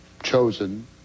chosen